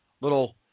little